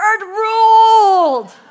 ruled